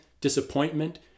disappointment